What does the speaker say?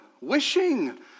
Wishing